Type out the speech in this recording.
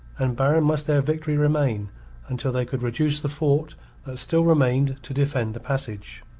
and barren must their victory remain until they could reduce the fort that still remained to defend the passage.